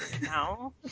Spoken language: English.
No